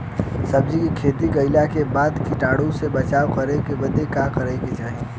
सब्जी के खेती कइला के बाद कीटाणु से बचाव करे बदे का करे के चाही?